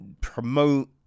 promote